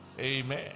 Amen